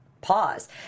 pause